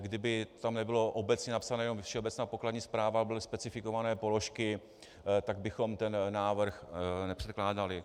Kdyby tam nebylo obecně napsané jenom Všeobecná pokladní správa, ale byly specifikované položky, tak bychom ten návrh nepředkládali.